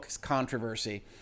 controversy